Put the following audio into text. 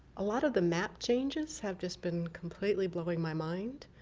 a lot of the map changes have just been completely blowing my mind,